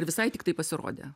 visai tiktai pasirodė